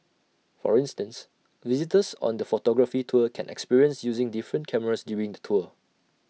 for instance visitors on the photography tour can experience using different cameras during the tour